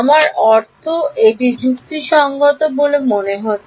আমার অর্থ এটি যুক্তিসঙ্গত বলে মনে হচ্ছে